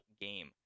game